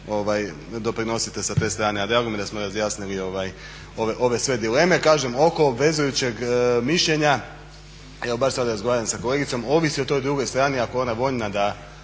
doprinosite sa te strane, a drago mi je da smo razjasnili ove sve dileme. Kažem oko obvezujućeg mišljenja, evo baš sad razgovaram sa kolegicom, ovisi o toj drugoj strani ako je ona voljna da